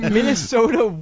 Minnesota